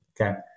Okay